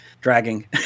Dragging